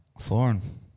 foreign